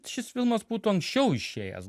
šis filmas būtų anksčiau išėjęs